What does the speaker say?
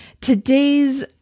today's